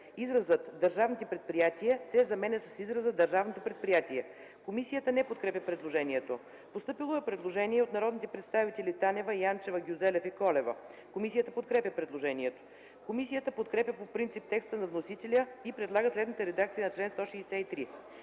изразът „държавните предприятия” се заменя с израза „държавното предприятие”. Комисията не подкрепя предложението. Постъпило е предложение от народните представители Танева, Янчева, Гюзелев и Колева, което е подкрепено от комисията. Комисията подкрепя по принцип текста на вносителя и предлага следната редакция на чл. 163: